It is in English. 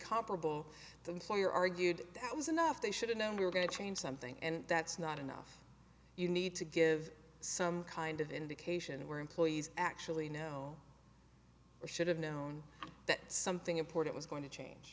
comparable to employer argued that was enough they should have known we were going to change something and that's not enough you need to give some kind of indication where employees actually know or should have known that something important was going to change